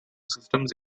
systems